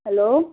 hello